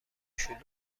شلوغه